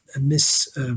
miss